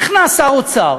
נכנס שר אוצר